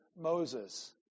Moses